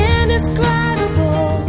Indescribable